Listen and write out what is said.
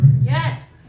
Yes